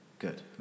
Good